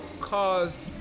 caused